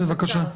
בבקשה.